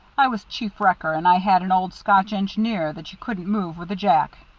i was chief wrecker, and i had an old scotch engineer that you couldn't move with a jack.